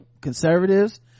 conservatives